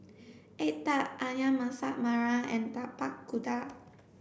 egg tart Ayam Masak Merah and Tapak Kuda